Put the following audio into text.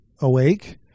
awake